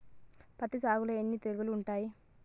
పత్తి సాగులో ఎన్ని తెగుళ్లు ఉంటాయి?